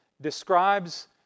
describes